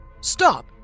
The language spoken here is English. Stop